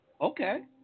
Okay